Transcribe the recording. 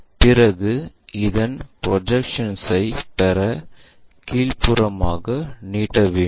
பிறகு இதன் ப்ஜெக்சன்ஸ் ஐ பெற கீழ்ப்புறமாக நீட்ட வேண்டும்